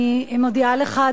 ואני מודיעה לך,